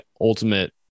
ultimate